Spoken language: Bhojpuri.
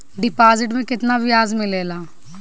डिपॉजिट मे केतना बयाज मिलेला?